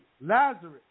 Lazarus